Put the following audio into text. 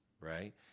right